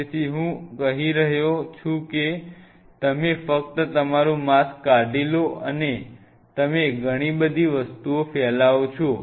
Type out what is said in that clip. તેથી હું ક હી કરી રહ્યો છું કે તમે ફક્ત તમારું માસ્ક કાઢી લો અને તમે ઘણી બધી વસ્તુઓ ફેલાવો છો